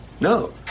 No